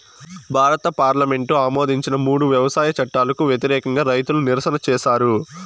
భారత పార్లమెంటు ఆమోదించిన మూడు వ్యవసాయ చట్టాలకు వ్యతిరేకంగా రైతులు నిరసన చేసారు